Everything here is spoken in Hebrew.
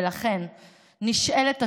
ולכן נשאלת השאלה: